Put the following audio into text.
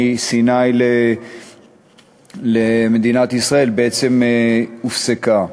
מסיני למדינת ישראל בעצם הופסקה.